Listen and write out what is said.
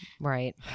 right